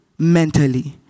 Mentally